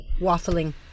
Waffling